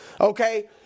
Okay